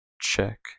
check